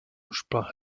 sprach